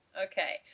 Okay